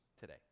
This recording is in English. Today